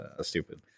stupid